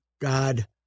God